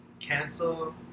Cancel